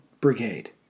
brigade